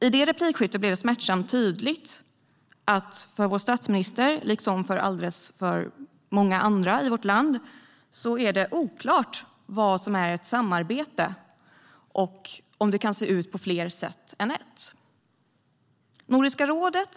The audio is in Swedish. I det replikskiftet blev det smärtsamt tydligt att för vår statsminister liksom för alldeles för många andra i vårt land är det oklart vad som är ett samarbete och om det kan se ut på fler sätt än ett.